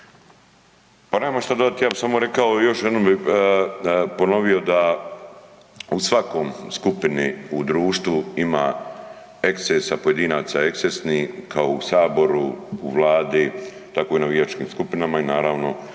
Pa nemam šta dodati, ja bi samo rekao još jednom bi ponovio da u svakoj skupini u društvu ima ekscesa pojedinaca, ekscesni kao u Saboru, u Vladi, tako i u navijačkim skupinama i naravno